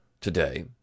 today